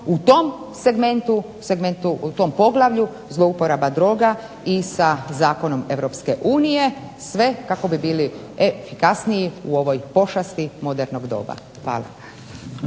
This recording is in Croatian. u tom segmentu, u tom poglavlju zlouporaba droga i sa zakonom Europske unije, sve kako bi bili efikasniji u ovoj pošasti modernog doba. Hvala.